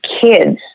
kids